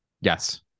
yes